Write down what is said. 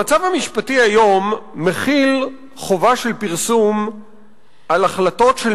המצב המשפטי היום מחיל חובה של פרסום על החלטות של